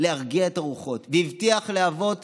להרגיע את הרוחות והבטיח להוות